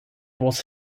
was